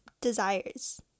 desires